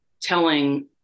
telling